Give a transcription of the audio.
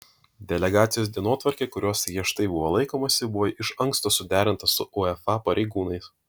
delegacijos dienotvarkė kurios griežtai laikomasi buvo iš anksto suderinta su uefa pareigūnais